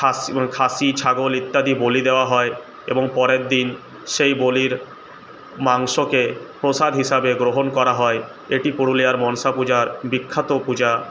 খাস খাসি ছাগল ইত্যাদি বলি দেওয়া হয় এবং পরের দিন সেই বলির মাংসকে প্রসাদ হিসাবে গ্রহণ করা হয় এটি পুরুলিয়ার মনসা পূজার বিখ্যাত পূজা